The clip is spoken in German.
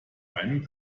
einen